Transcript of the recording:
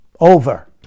Over